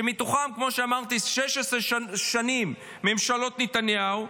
שמתוכן, כפי שאמרתי, 16 שנים של ממשלות נתניהו,